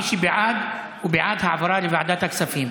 מי שבעד הוא בעד העברה לוועדת הכספים.